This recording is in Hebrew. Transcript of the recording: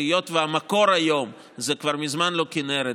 היות שהמקור היום זה כבר מזמן לא הכינרת,